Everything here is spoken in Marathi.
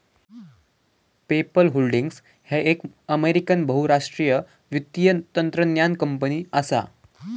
पेपल होल्डिंग्स ह्या एक अमेरिकन बहुराष्ट्रीय वित्तीय तंत्रज्ञान कंपनी असा